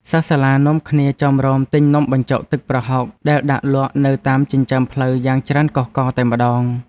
សិស្សសាលានាំគ្នាចោមរោមទិញនំបញ្ចុកទឹកប្រហុកដែលដាក់លក់នៅតាមចិញ្ចើមផ្លូវយ៉ាងច្រើនកុះករតែម្តង។